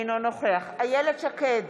אינו נוכח איילת שקד,